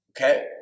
okay